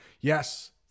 Yes